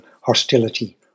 hostility